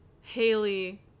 Haley